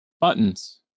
buttons